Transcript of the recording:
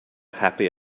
happy